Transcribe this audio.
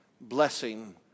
Blessing